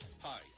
Hi